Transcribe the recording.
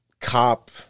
cop